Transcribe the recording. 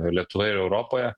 lietuvoje ir europoje